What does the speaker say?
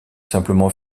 simplement